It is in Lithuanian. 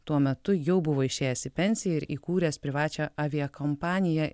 tuo metu jau buvo išėjęs į pensiją ir įkūręs privačią aviakompaniją